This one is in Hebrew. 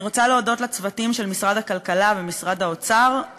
אני רוצה להודות לצוותים של משרד הכלכלה ומשרד האוצר,